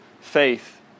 faith